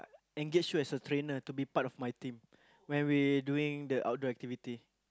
engage you as a trainer to be part of my team when we doing the outdoor activity